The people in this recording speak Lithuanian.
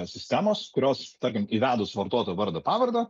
sistemos kurios tarkim įvedus vartotojo vardą pavardę